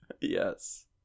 yes